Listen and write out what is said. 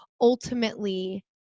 ultimately